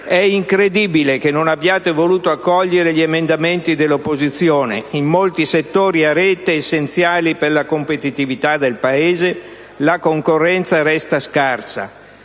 È incredibile che non abbiate voluto accogliere gli emendamenti dell'opposizione. In molti settori a rete, essenziali per la competitività del Paese, la concorrenza resta scarsa: